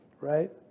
right